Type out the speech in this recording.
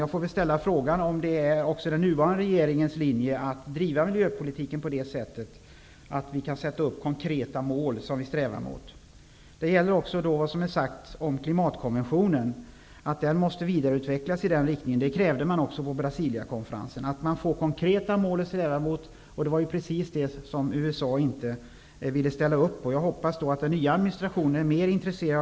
Jag frågar därför om det också är den nuvarande regeringens linje att driva miljöpolitiken så att vi kan sätta upp konkreta mål som vi sedan strävar efter att nå. Det har sagts att klimatkonventionen måste vidareutvecklas i nämnda riktning. På Brasiliakonferensen krävdes just konkreta mål att sträva mot. Men USA ville inte ställa upp på det. Jag hoppas att den nya administrationen är mer intresserad.